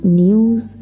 news